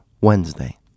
Wednesday